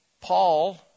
Paul